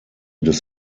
des